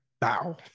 bow